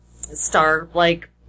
Star-like